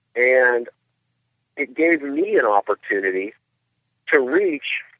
and it gave me an opportunity to reach,